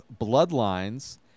Bloodlines